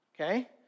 Okay